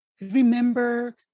remember